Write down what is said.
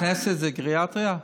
הכנסת זה גריאטריה?